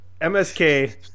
MSK